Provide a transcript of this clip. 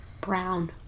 Brown